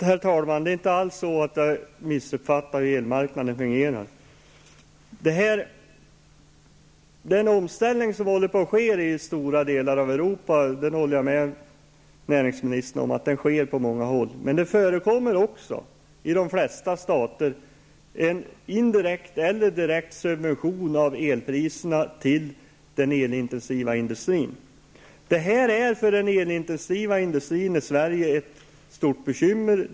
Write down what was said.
Herr talman! Jag har inte alls missuppfattat hur elmarknaden fungerar. Jag håller med näringsministern om att det sker en omställning i stora delar av Europa. Men i de flesta stater förekommer också en indirekt eller direkt subvention av elpriserna för den elintensiva industrin. För den elintesiva industrin i Sverige är det här ett stort bekymmer.